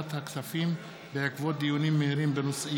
לקריאה שנייה ולקריאה שלישית: